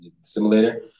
simulator